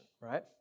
right